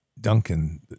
Duncan